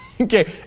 Okay